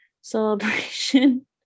celebration